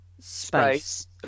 space